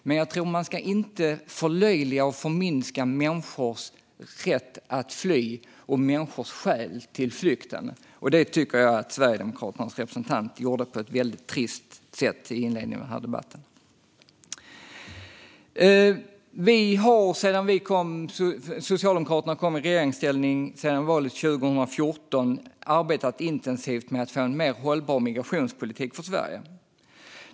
Man ska dock inte förlöjliga eller förminska människors rätt att fly och skäl till flykt, vilket jag tycker att Sverigedemokraternas representant gjorde på ett väldigt trist sätt i inledningen av denna debatt. Sedan Socialdemokraterna kom i regeringsställning efter valet 2014 har vi arbetat intensivt med att få en mer hållbar migrationspolitik för Sverige.